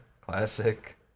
Classic